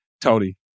Tony